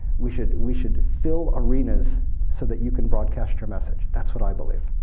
we should we should fill arenas so that you can broadcast your message. that's what i believe.